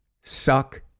suck